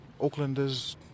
Aucklanders